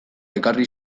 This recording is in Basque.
ekarri